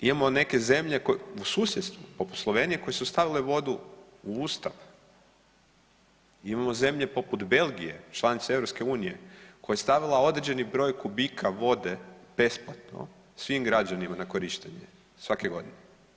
Imamo neke zemlje u susjedstvu poput Slovenije koje su stavile vodu u Ustav, imamo zemlje poput Belgije članice EU koja je stavila određeni broj kubika vode besplatno svim građanima na korištenje svake godine.